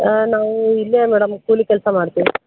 ನಾವು ಇಲ್ಲೇ ಮೇಡಮ್ ಕೂಲಿ ಕೆಲಸ ಮಾಡ್ತೀವಿ